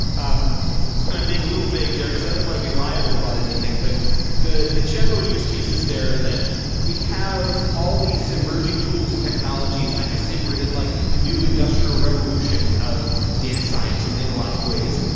um and i'm being a little vague there because i don't want to be liable about anything, but the the general use cases there that we have all these emerging tools and technologies. i could say we're in like a new industrial revolution of data science in in a lot of ways.